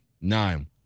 nine